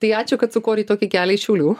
tai ačiū kad sukorei tokį kelią iš šiaulių